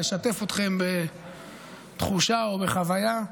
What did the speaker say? לשתף אתכם בתחושה או בחוויה,